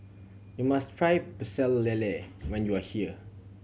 you must try Pecel Lele when you are here